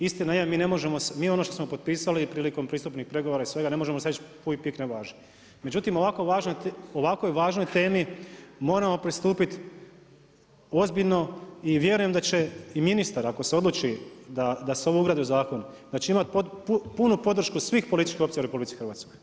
Istina je, mi ne možemo, mi ono što smo potpisali i prilikom pristupnih pregovora i svega ne možemo sada reći „puj-pik ne važi“, međutim ovako važnoj temi moramo pristupiti ozbiljno i vjerujem da će i ministar ako se odluči da se ovo ugradi u zakon da će imati punu podršku svih političkih opcija u RH.